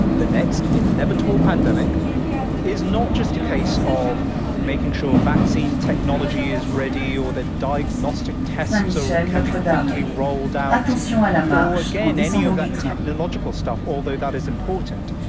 the next inevitable pandemic is not just a case of making sure vaccine technology is ready or that diagnostic tests so can be quickly rolled out or again, any of that technological stuff, although that is important,